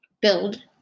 build